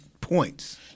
points